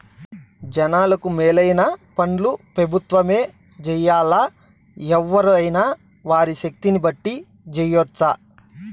జనాలకు మేలైన పన్లు పెబుత్వమే జెయ్యాల్లా, ఎవ్వురైనా వారి శక్తిని బట్టి జెయ్యెచ్చు